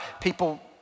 people